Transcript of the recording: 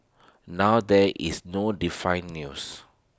now there is no define news